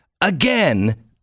Again